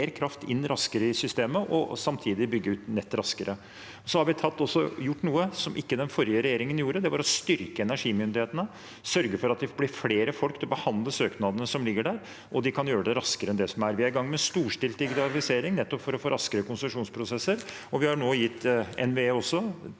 kraft inn i systemet raskere og samtidig bygge ut nett raskere. Vi har også gjort noe som den forrige regjeringen ikke gjorde. Det var å styrke energimyndighetene, sørge for at det blir flere folk til å behandle søknadene som ligger der, og at de kan gjøre det raskere. Vi er i gang med storstilt digitalisering, nettopp for å få raskere konsesjonsprosesser, og vi har nå gitt NVE